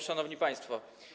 Szanowni Państwo!